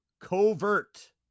covert